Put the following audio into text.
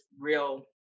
real